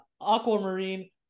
Aquamarine